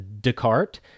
Descartes